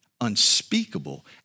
unspeakable